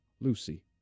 Lucy